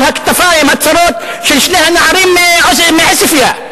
הכתפיים הצרות של שני הנערים מעוספיא.